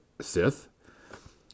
Sith